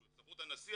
אלא בסמכות הנשיא,